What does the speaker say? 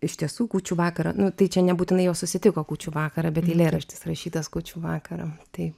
iš tiesų kūčių vakarą nu tai čia nebūtinai jos susitiko kūčių vakarą bet eilėraštis rašytas kūčių vakarą taip